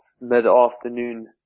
mid-afternoon